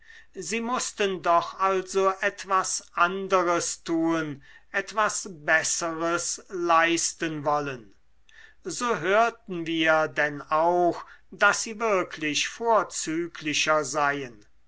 sie mußten doch also etwas anderes tun etwas besseres leisten wollen so hörten wir denn auch daß sie wirklich vorzüglicher seien